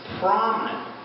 prominent